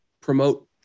promote